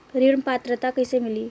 ऋण पात्रता कइसे मिली?